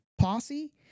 Posse